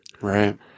Right